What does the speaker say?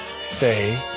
say